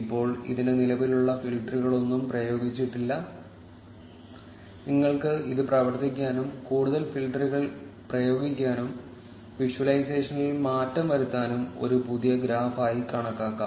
ഇപ്പോൾ ഇതിന് നിലവിലുള്ള ഫിൽട്ടറുകളൊന്നും പ്രയോഗിച്ചിട്ടില്ല നിങ്ങൾക്ക് ഇത് പ്രവർത്തിക്കാനും കൂടുതൽ ഫിൽട്ടറുകൾ പ്രയോഗിക്കാനും വിഷ്വലൈസേഷനിൽ മാറ്റം വരുത്താനും ഒരു പുതിയ ഗ്രാഫ് ആയി കണക്കാക്കാം